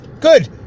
good